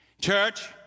Church